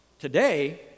today